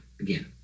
again